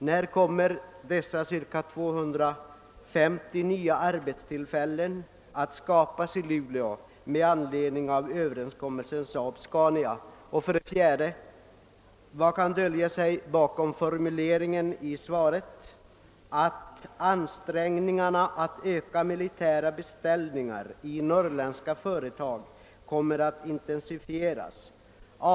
När kommer de ca 250 nya arbetstillfällena att skapas i Luleå med an ledning av överenskommelsen SAAB Scania? 4, Vad kan dölja sig bakom formuleringen i svaret att ansträngningarna att öka militära beställningar i norrländska företag kommer att intensifieras?